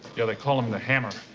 yeah, they call him the hammer.